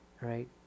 right